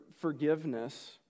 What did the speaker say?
forgiveness